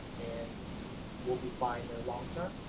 and we'll be fine there long term,